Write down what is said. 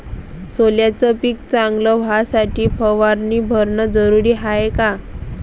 सोल्याचं पिक चांगलं व्हासाठी फवारणी भरनं जरुरी हाये का?